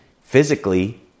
physically